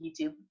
YouTube